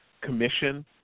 Commission